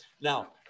now